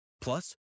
Plus